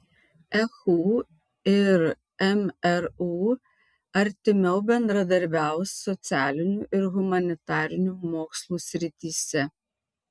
ehu ir mru artimiau bendradarbiaus socialinių ir humanitarinių mokslų srityse